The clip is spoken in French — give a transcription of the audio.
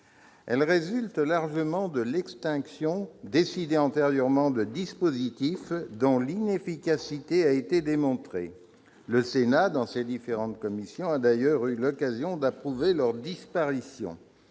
Elle résulte largement de l'extinction, décidée antérieurement, de dispositifs dont l'inefficacité a été démontrée. Le Sénat et ses différentes commissions ont d'ailleurs eu l'occasion d'approuver leur disparition.